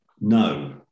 No